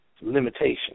limitation